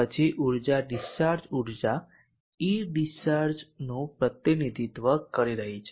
પછી ઊર્જા ડીસ્ચાર્જ ઊર્જા Edischarge નું પ્રતિનિધિત્વ કરી રહી છે